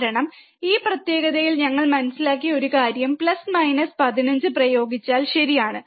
കാരണം ഈ പ്രത്യേകതയിൽ ഞങ്ങൾ മനസ്സിലാക്കിയ ഒരു കാര്യം പ്ലസ് മൈനസ് 15 പ്രയോഗിച്ചാൽ ശരിയാണ്